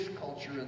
culture